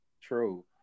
True